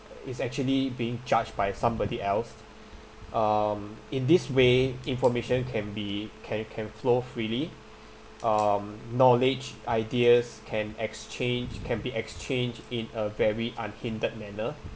uh it's actually being judged by somebody else um in this way information can be ca~ can flow freely um knowledge ideas can exchange can be exchanged in a very unhindered manner